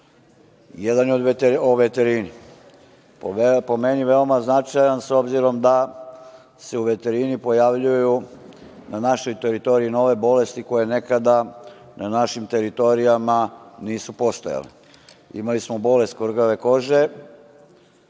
Jedan je o veterini. Po meni veoma značajan s obzirom da se u veterini pojavljuju na našoj teritoriji nove bolesti koje nekada na našim teritorijama nisu postojale. Imali smo bolest „kvrgave kože“.